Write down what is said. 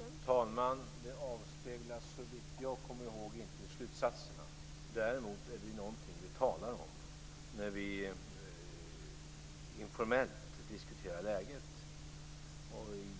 Fru talman! Såvitt jag kommer ihåg avspeglades detta inte i slutsatserna. Däremot är det någonting som vi talar om när vi informellt diskuterar läget.